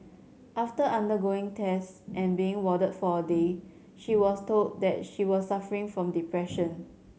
after undergoing tests and being warded for a day she was told that she was suffering from depression